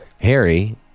Harry